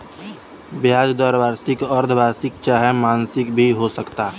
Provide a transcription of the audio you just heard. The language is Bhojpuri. ब्याज दर वार्षिक, अर्द्धवार्षिक चाहे मासिक भी हो सकता